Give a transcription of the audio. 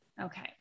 Okay